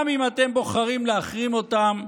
גם אם אתם בוחרים להחרים אותם.